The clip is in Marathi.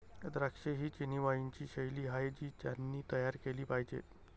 द्राक्षे ही चिनी वाइनची शैली आहे जी त्यांनी तयार केली पाहिजे